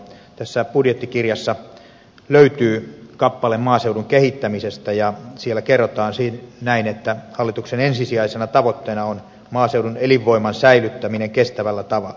tästä budjettikirjasta löytyy kappale maaseudun kehittämisestä ja siellä kerrotaan näin että hallituksen ensisijaisena tavoitteena on maaseudun elinvoiman säilyminen kestävällä tavalla